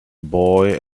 boy